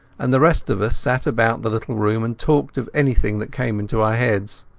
and the rest of us sat about the little room and talked of anything that came into our heads.